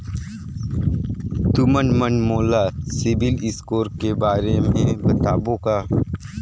तुमन मन मोला सीबिल स्कोर के बारे म बताबो का?